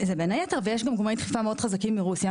זה בין היתר ויש גם גורמי דחיפה מאוד חזקים ברוסיה,